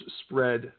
spread